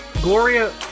Gloria